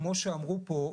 כמו שאמרו פה,